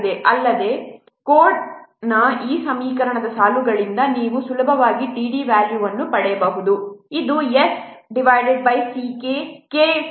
ಅಲ್ಲದೆ ಕೋಡ್ನ ಈ ಸಮೀಕರಣದ ಸಾಲುಗಳಿಂದ ನೀವು ಸುಲಭವಾಗಿ td ವ್ಯಾಲ್ಯೂವನ್ನು ಪಡೆಯಬಹುದು ಇದು S s C k K13 ಗೆ ಸಮಾನವಾಗಿರುತ್ತದೆ